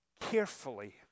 carefully